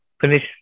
finish